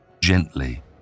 gently